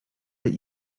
that